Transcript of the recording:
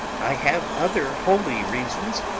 i have other holy reasons,